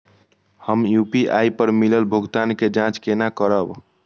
हम यू.पी.आई पर मिलल भुगतान के जाँच केना करब?